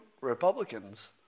Republicans